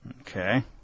Okay